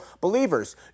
believers